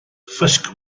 fisk